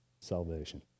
Salvation